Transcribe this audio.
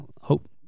hope